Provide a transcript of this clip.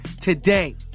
today